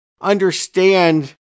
understand